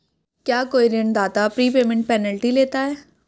क्या कोई ऋणदाता प्रीपेमेंट पेनल्टी लेता है?